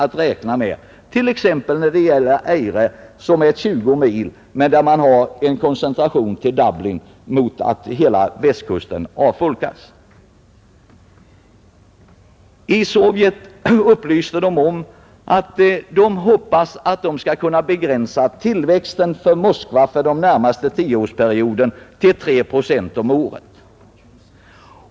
Trots att landet bara är 20 mil långt har man en koncentration till Dublin, och hela västkusten håller på att avfolkas. I Sovjet upplyste man om att man hoppas kunna begränsa tillväxten av Moskva under den närmaste tioårsperioden till tre procent om året.